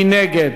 מי נגד?